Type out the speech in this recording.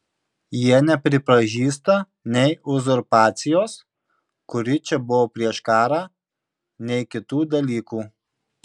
jie nepripažįsta nei uzurpacijos kuri čia buvo prieš karą nei kitų dalykų